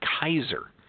Kaiser